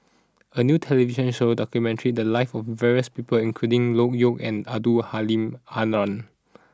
a new television show documented the lives of various people including Loke Yew and Abdul Halim Haron